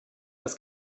das